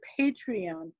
patreon